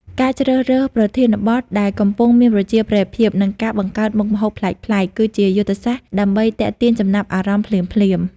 ការជ្រើសរើសប្រធានបទដែលកំពុងមានប្រជាប្រិយភាព និងការបង្កើតមុខម្ហូបប្លែកៗ គឺជាយុទ្ធសាស្ត្រដើម្បីទាក់ទាញចំណាប់អារម្មណ៍ភ្លាមៗ។